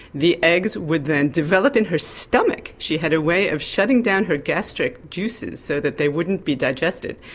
the eggs would then develop in her stomach she had a way of shutting down her gastric juices so that they wouldn't be digested.